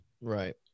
Right